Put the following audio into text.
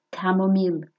chamomile